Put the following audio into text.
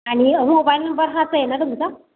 आणि mobile number हाच आहे ना तुमचा